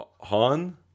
Han